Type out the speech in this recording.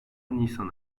nisan